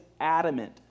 adamant